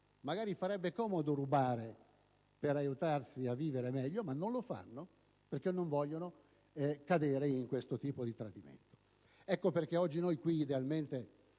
magari farebbe comodo rubare per aiutarsi a vivere meglio, ma non lo fanno perché non vogliono cadere in questo tipo di tradimento. Ecco perché oggi noi, qui, idealmente,